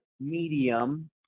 medium